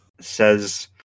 says